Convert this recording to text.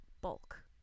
bulk